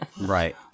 Right